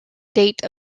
date